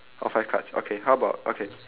oh five cards okay how about okay